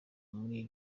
muri